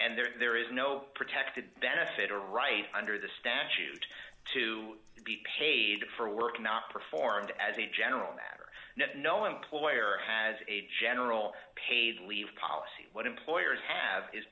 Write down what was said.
d there is no protected benefit or right under the statute to be paid for work not performed as a general matter no employer has a general paid leave policy what employers have is